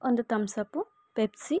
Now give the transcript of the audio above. ಒಂದು Thums Up Pepsi